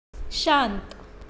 शांत